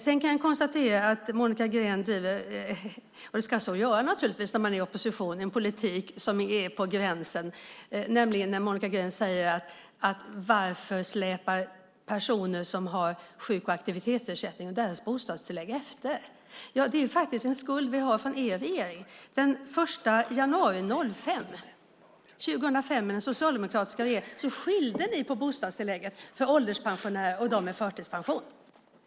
Sedan kan jag konstatera att Monica Green driver en politik som är på gränsen, och så ska man naturligtvis göra när man är i opposition, när Monica Green frågar: Varför släpar bostadstillägget för personer som har sjuk och aktivitetsersättning efter? Det är faktiskt en skuld som vi har från er regering. Den 1 januari 2005 skilde den socialdemokratiska regeringen på bostadstillägget för ålderspensionärer och dem med förtidspension.